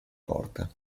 porta